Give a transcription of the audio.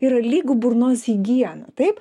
yra lygu burnos higiena taip